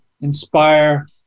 inspire